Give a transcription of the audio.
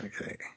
Okay